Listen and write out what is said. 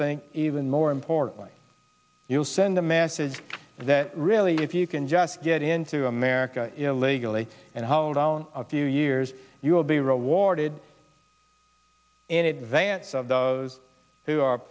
think even more importantly you'll send a message that really if you can just get into america illegally and hold down a few years you'll be reward we did in advance of those who are